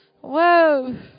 Whoa